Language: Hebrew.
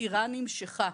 החקירה נמשכה.